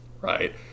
right